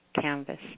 canvas